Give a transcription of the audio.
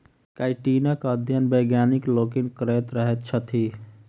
काइटीनक अध्ययन वैज्ञानिक लोकनि करैत रहैत छथि